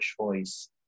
choice